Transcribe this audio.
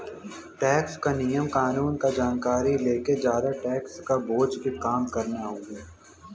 tax क नियम कानून क जानकारी लेके जादा टैक्स क बोझ के कम करना हउवे